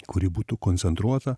kuri būtų koncentruota